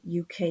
UK